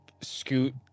scoot